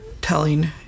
telling